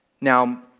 Now